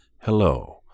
Hello